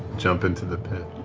jump into the pit.